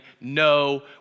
no